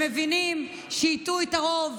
הם מבינים שהטעו את הרוב.